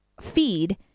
feed